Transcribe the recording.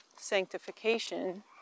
sanctification